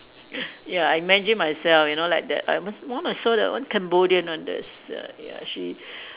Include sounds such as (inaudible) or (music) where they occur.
(laughs) ya I imagine myself you know like that one so there's one Cambodian one there's a ya she